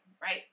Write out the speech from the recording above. Right